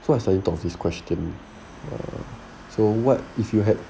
so I suddenly thought of this question so what if you had